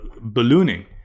ballooning